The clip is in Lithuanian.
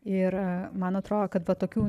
ir man atrodo kad va tokių